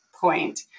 point